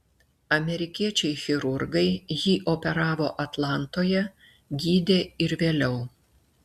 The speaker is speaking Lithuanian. amerikiečiai chirurgai jį operavo atlantoje gydė ir vėliau